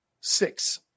Six